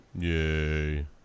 Yay